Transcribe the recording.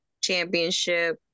championship